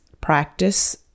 practice